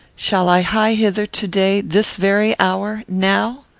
shall i hie thither to-day, this very hour now?